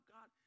God